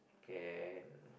can